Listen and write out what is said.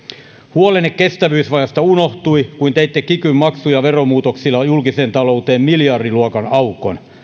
huolenne kestävyysvajeesta unohtui kun teitte kikyn maksu ja veromuutoksilla julkiseen talouteen miljardiluokan aukon